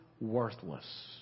worthless